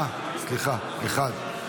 סליחה, מתנגד אחד.